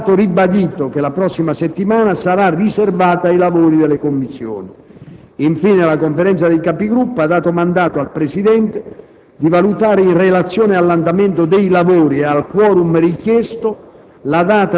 È stato ribadito che la prossima settimana sarà riservata ai lavori delle Commissioni. Infine, la Conferenza dei Capigruppo ha dato mandato al Presidente di valutare, in relazione all'andamento dei lavori e al *quorum* richiesto,